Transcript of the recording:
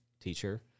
teacher